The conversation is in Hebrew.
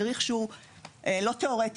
האמת היא שזה מדריך שהוא לא תיאורטי,